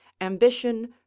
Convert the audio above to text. ambition